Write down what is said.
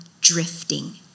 drifting